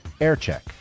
aircheck